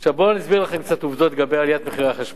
בואו אני אסביר לכם קצת עובדות לגבי עליית מחירי החשמל.